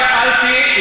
אני שאלתי,